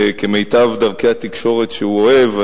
וכמיטב דרכי התקשורת שהוא אוהב,